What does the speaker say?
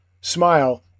smile